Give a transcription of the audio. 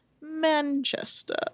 Manchester